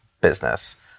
business